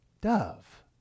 dove